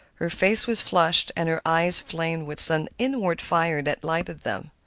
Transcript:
her face was flushed and her eyes flamed with some inward fire that lighted them.